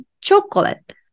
chocolate